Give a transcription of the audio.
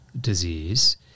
disease